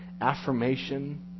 affirmation